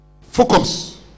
focus